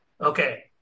Okay